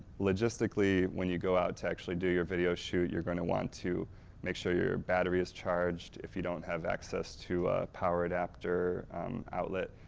logistically when you go out to actually do your shoot you're going to want to make sure your battery is charged, if you don't have access to a power adapter outlet,